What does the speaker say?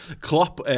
Klopp